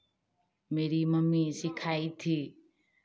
मेरी मम्मी सिखाई थी